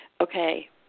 Okay